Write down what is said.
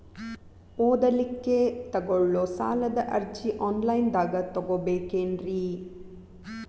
ಓದಲಿಕ್ಕೆ ತಗೊಳ್ಳೋ ಸಾಲದ ಅರ್ಜಿ ಆನ್ಲೈನ್ದಾಗ ತಗೊಬೇಕೇನ್ರಿ?